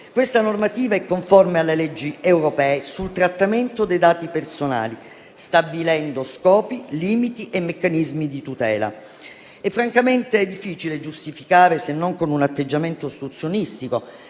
Questa normativa è conforme alle leggi europee sul trattamento dei dati personali, stabilendo scopi, limiti e meccanismi di tutela. Francamente, è difficile giustificare, se non con un atteggiamento ostruzionistico